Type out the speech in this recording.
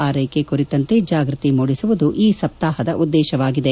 ಆರೈಕೆ ಕುರಿತಂತೆ ಜಾಗೃತಿ ಮೂಡಿಸುವುದು ಈ ಸಪ್ತಾಹದ ಉದ್ದೇಶವಾಗಿದೆ